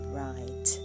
right